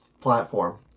platform